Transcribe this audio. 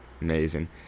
Amazing